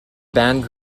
band